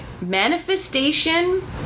manifestation